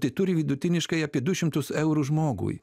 tai turi vidutiniškai apie du šimtus eurų žmogui